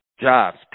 jobs